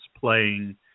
playing